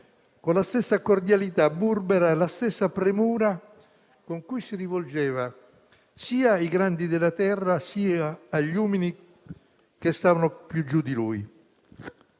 con la stessa cordialità burbera, la stessa premura con cui si rivolgeva sia ai grandi della Terra sia agli uomini che stavano più giù di lui.